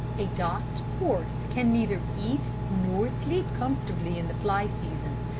a docked horse can neither eat nor sleep comfortably in the fly season.